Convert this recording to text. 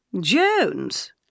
Jones